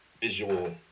visual